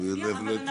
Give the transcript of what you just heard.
את